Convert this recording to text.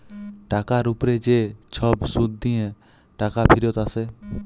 টাকার উপ্রে যে ছব সুদ দিঁয়ে টাকা ফিরত আসে